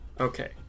Okay